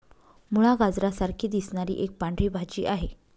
मुळा, गाजरा सारखी दिसणारी एक पांढरी भाजी आहे